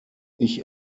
ich